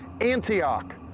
Antioch